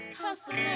hustling